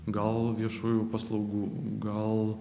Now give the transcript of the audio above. gal viešųjų paslaugų gal